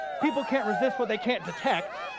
people can't resist what they can't detect.